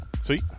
Sweet